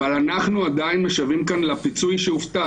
אבל אנחנו עדיין משוועים כאן לפיצוי שהובטח.